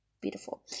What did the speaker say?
beautiful